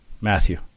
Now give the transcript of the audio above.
Matthew